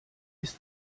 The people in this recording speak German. ist